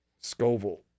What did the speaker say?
Scoville